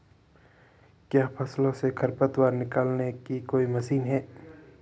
क्या फसलों से खरपतवार निकालने की कोई मशीन है?